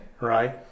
Right